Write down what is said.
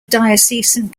diocesan